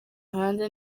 hanze